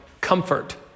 comfort